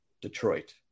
Detroit